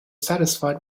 satisfied